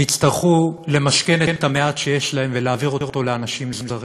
הם יצטרכו למשכן את המעט שיש להם ולהעביר אותו לאנשים זרים.